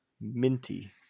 minty